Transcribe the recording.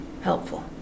helpful